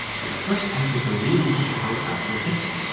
but the first entry to really push the boat out was this one.